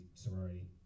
sorority